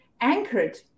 anchored